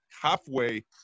halfway